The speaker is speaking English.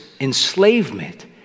enslavement